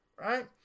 right